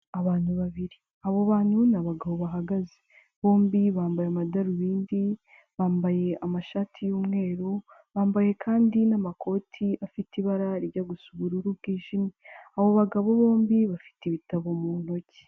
Abantu babiri, abo bantu ni abagabo bahagaze bombi bambaye amadarubindi, bambaye amashati y'umweru, bambaye kandi n'amakoti afite ibara rijya gusa ubururu bwijimye, abo bagabo bombi bafite ibitabo mu ntoki.